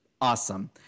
awesome